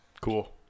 Cool